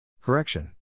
Correction